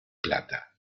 plata